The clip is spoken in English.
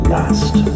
Last